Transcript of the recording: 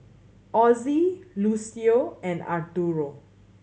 Ozzie Lucio and Arturo